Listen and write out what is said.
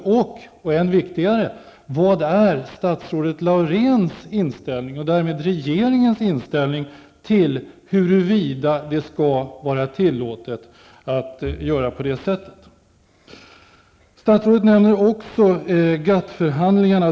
Vad är, och det är än viktigare, statsrådet Lauréns och därmed regeringens inställning i frågan om huruvida det skall vara tillåtet att göra på det här sättet? Statsrådet nämnder också GATT-förhandlingarna.